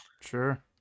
Sure